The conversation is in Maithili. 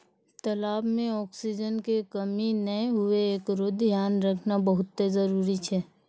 तलाब में ऑक्सीजन के कमी नै हुवे एकरोॅ धियान रखना बहुत्ते जरूरी छै